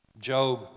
Job